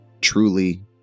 truly